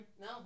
No